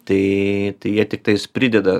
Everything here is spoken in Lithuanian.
tai jie tiktais prideda